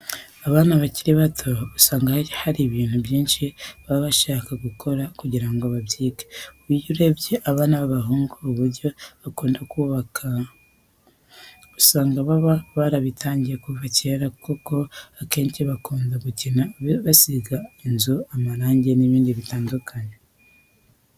Abana bakiri bato usanga hari ibintu byinshi baba bashaka gukora kugira ngo babyige. Iyo urebye abana b'abahungu uburyo bakura bakunda kubaka, usanga baba barabitangiye kuva kera koko akenshi bakunda gukina basiga inzu amarange n'ibindi bitandukanye.